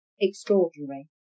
extraordinary